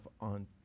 on